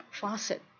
faucet